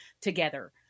together